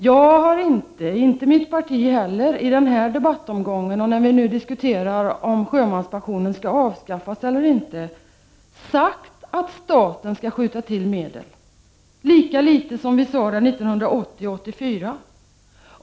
Jag har inte, och inte mitt parti heller, i den här debattomgången, när vi nu diskuterar om sjömanspensionen skall avskaffas eller inte, sagt att staten skall skjuta till medel — lika litet som vi sade det 1980 och 1984.